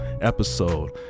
episode